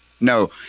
No